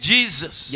Jesus